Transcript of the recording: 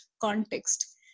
context